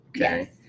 okay